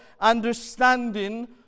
understanding